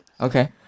Okay